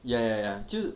ya ya ya 就是